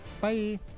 Bye